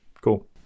cool